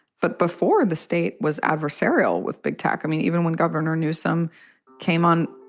but before the state was adversarial with big tech. i mean, even when governor newsom came on,